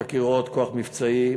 חקירות וכוח מבצעי,